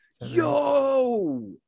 yo